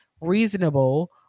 reasonable